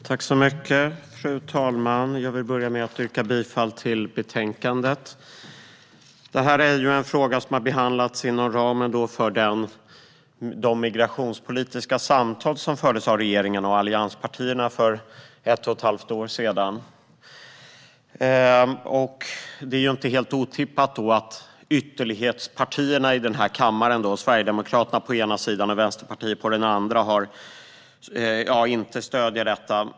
Fru talman! Jag vill börja med att yrka bifall till förslaget i betänkandet. Det här är en fråga som har behandlats inom ramen för de migrationspolitiska samtal som fördes av regeringen och allianspartierna för ett och ett halvt år sedan. Det är inte helt otippat att ytterlighetspartierna i den här kammaren - Sverigedemokraterna på ena sidan och Vänsterpartiet på den andra - inte stöder detta.